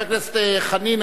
חבר הכנסת חנין,